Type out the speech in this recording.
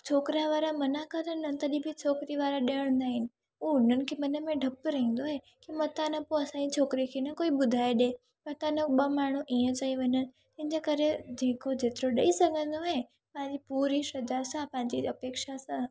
छोकिरा वारा मना कनि तॾहिं बि छोकिरी वारा ॾींदा आहिनि उहो उन्हनि खे मन में डपु रहंदो आहे की मतां न पोइ असांजी छोकिरी खे न कोई ॿुधाए ॾिए न त ॿ माण्हू ईअं चई वञनि हिन जे करे जेको जेतिरो ॾेई सघंदो आहे पंहिंजी पूरी श्रद्धा सां पंहिंजी अपेक्षा सां